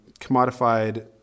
commodified